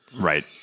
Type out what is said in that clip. Right